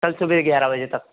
कल सुबह ग्यारह बजे तक